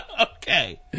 Okay